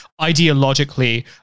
ideologically